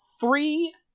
three